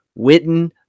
witten